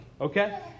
Okay